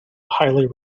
highly